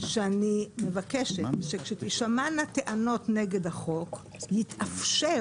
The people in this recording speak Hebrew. שאני מבקשת שכאשר תישמענה טענות נגד החוק יתאפשר